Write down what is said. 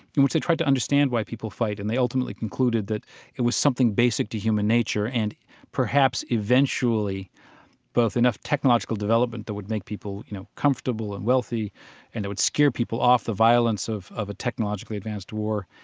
in which they tried to understand why people fight. and they ultimately concluded that it was something basic to human nature, and perhaps eventually both enough technological development that would make people, you know, comfortable and wealthy and it would scare people off the violence of of a technologically advanced war,